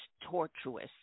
tortuous